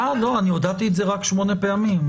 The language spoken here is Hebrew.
--- הודעתי את זה רק שמונה פעמים,